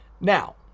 Now